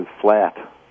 flat